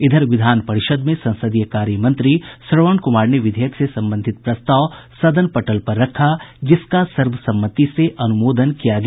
इधर विधान परिषद में संसदीय कार्य मंत्री श्रवण कुमार ने विधेयक से संबंधित प्रस्ताव सदन पटल पर रखा जिसका सर्वसम्मति से अनुमोदन किया गया